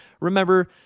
remember